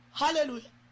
hallelujah